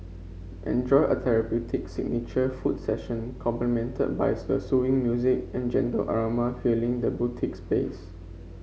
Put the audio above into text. enjoy a therapeutic signature foot session complimented by the soothing music and gentle aroma filling the boutique space